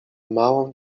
małą